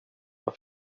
vad